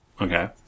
Okay